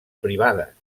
privades